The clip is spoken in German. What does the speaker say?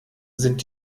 sind